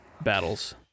battles